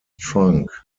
trunk